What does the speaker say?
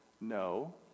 no